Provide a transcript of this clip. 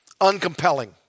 uncompelling